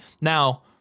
Now